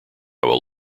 will